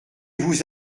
vous